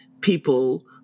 people